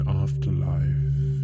afterlife